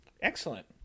Excellent